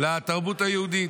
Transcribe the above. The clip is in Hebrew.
לתרבות היהודית,